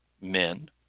men